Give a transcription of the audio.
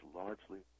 largely